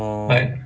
oh